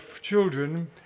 children